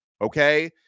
Okay